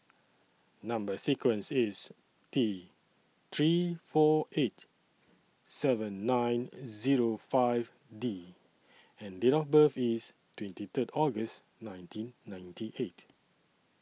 Number sequence IS T three four eight seven nine Zero five D and Date of birth IS twenty Third August nineteen ninety eight